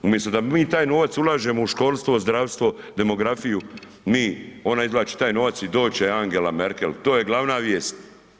Umjesto da mi taj novac ulažemo u školstvo, zdravstvo, demografiju, mi ona izvlači taj novac i doći će Angela Merkel, to je glavna vijest.